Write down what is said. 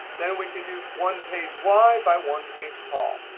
then we can do one page wide by one page tall.